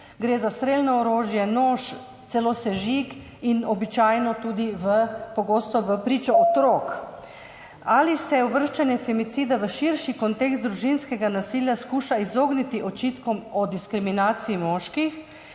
gre za strelno orožje, nož, celo sežig, pogosto tudi vpričo otrok. Zanima me: Ali se uvrščanje femicida v širši kontekst družinskega nasilja skuša izogniti očitkom o diskriminaciji moških?